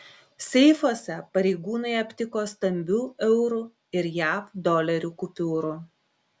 seifuose pareigūnai aptiko stambių eurų ir jav dolerių kupiūrų